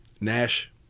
Nash